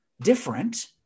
different